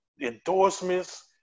Endorsements